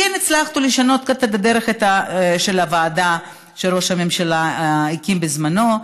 כן הצלחנו לשנות את הדרך של הוועדה שראש הממשלה הקים בזמנו,